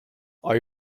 are